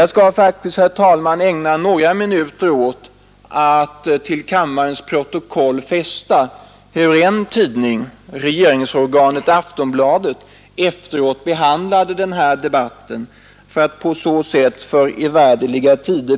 Jag skall faktiskt, herr talman, ägna några minuter åt att till protokollet fästa hur en tidning, regeringsorganet Aftonbladet, efteråt behandlade den här debatten för att på så sätt